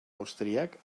austríac